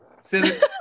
Scissors